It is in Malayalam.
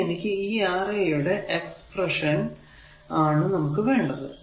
ഇനി എനിക്ക് ഈ Ra യുടെ എക്സ്പ്രെഷൻ ആണ് നമുക്ക് വേണ്ടത്